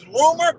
rumor